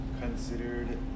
considered